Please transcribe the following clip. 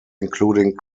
including